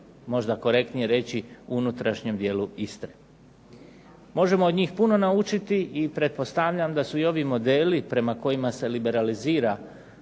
možda korektnije reći unutrašnjem dijelu Istre. Možemo od njih puno naučiti i pretpostavljam da su i ovi modeli prema kojima se liberalizira